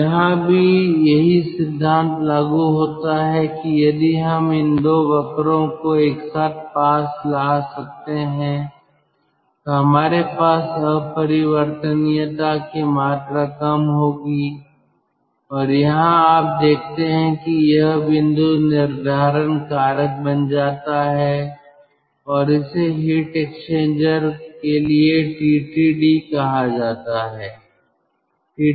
तो यहाँ भी यही सिद्धांत लागू होता है कि यदि हम इन 2 वक्रों को एक साथ पास ला सकते हैं तो हमारे पास अपरिवर्तनीयता की मात्रा कम होगी और यहाँ आप देखते हैं कि यह बिंदु निर्धारण कारक बन जाता है और इसे हीट एक्सचेंजर के लिए टीटीडी कहा जाता है